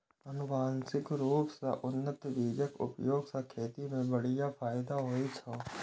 आनुवंशिक रूप सं उन्नत बीजक उपयोग सं खेती मे बढ़िया फायदा होइ छै